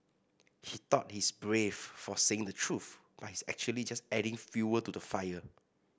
he thought he's brave for saying the truth but he's actually just adding fuel to the fire